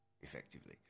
effectively